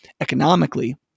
economically